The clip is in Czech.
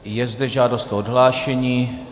Je zde žádost o odhlášení.